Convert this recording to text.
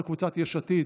זו קבוצת יש עתיד.